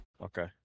okay